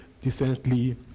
decently